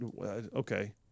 Okay